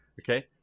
Okay